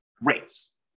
rates